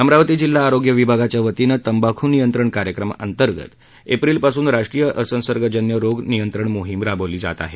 अमरावती जिल्हा आरोग्य विभागाच्या वतीनं तंबाख् नियंत्रण कार्यक्रमांतर्गत एप्रिलपासून राष्ट्रीय असंसर्गजन्य रोग नियंत्रण मोहीम राबवली जात आहे